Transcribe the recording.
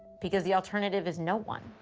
because the alternative is no one.